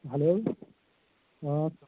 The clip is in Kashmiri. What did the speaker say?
ہٮ۪لو آ